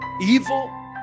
evil